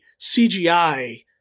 CGI